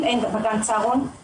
אם אנחנו סומכים עליהם לפני הצהריים,